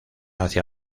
hacia